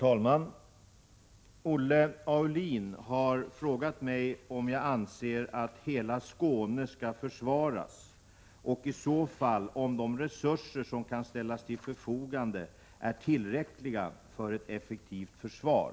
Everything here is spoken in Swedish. Anser försvarsministern att hela Skåne skall försvaras och är i så fall de resurser som kan ställas till förfogande tillräckliga för ett effektivt försvar?